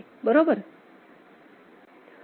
बरोबर